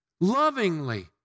lovingly